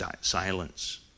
Silence